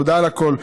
תודה על הכול.